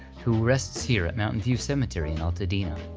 who rests here at mountain view cemetery in altadena.